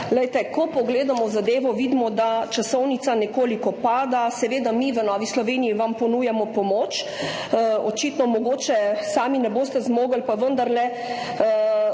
Ko pogledamo zadevo, vidimo, da časovnica nekoliko pada. Mi v Novi Sloveniji vam ponujamo pomoč, očitno mogoče sami ne boste zmogli. Vendarle